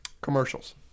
Commercials